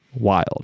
wild